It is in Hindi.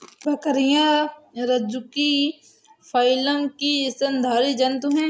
बकरियाँ रज्जुकी फाइलम की स्तनधारी जन्तु है